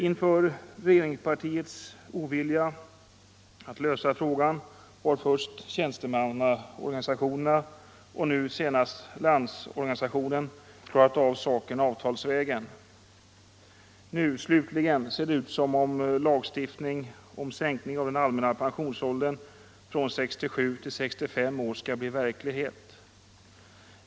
Inför regeringspartiets ovilja att lösa frågan har först tjänstemannaorganisationen och nu senast Landsorganisationen klarat av saken avtalsvägen. Slutligen ser det ut som om lagstiftning om sänkning av den allmänna pensionsåldern från 67 till 65 år nu skall bli verklighet.